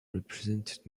represented